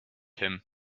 him